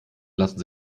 lassen